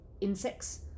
insects